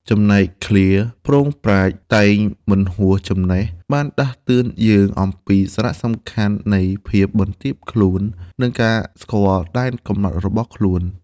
ចំណែកឃ្លា "ព្រោកប្រាជ្ញ តែងមិនហួសចំណេះ" បានដាស់តឿនយើងអំពីសារៈសំខាន់នៃភាពបន្ទាបខ្លួន និងការស្គាល់ដែនកំណត់របស់ខ្លួន។